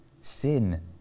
sin